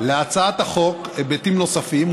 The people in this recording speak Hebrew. להצעת החוק היבטים נוספים,